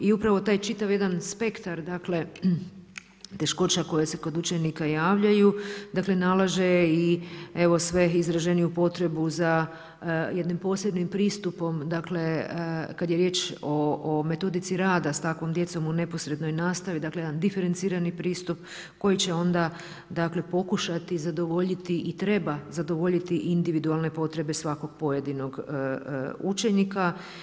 I upravo taj čitav jedan spektar teškoća koje se kod učenika javljaju dakle nalaže i evo sve izraženiju potrebu za jednim posebnim pristupom kad je riječ o metodici rada sa takvom djecom u neposrednoj nastavi, dakle jedan diferencirani pristup koji će onda pokušati zadovoljiti i treba zadovoljiti individualne potrebe svakog pojedinog učenika.